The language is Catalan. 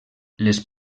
les